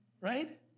right